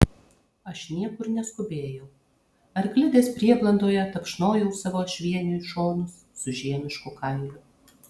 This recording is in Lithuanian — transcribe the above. aš niekur neskubėjau arklidės prieblandoje tapšnojau savo ašvieniui šonus su žiemišku kailiu